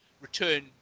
return